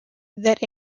that